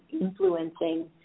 influencing